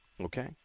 Okay